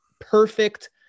perfect